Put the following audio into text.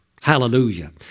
Hallelujah